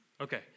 Okay